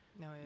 No